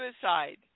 suicide